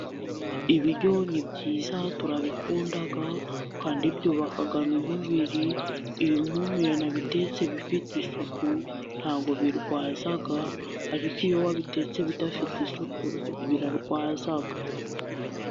Ibiryo ni byiza turabikunda, kandi byubaka n'umubiri, iyo umuntu yanabitetse bifite isuku, ntabwo birwaza, ariko iyo wabitetse bidafite isuku birarwaza.